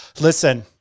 listen